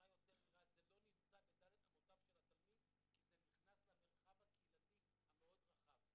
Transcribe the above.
זה לא נמצא בד' אמותיו של התלמיד כי זה נכנס למרחב הקהילתי הרחב מאוד.